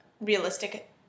realistic